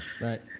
Right